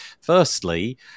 Firstly